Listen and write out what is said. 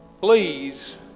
please